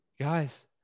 Guys